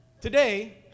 Today